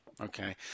Okay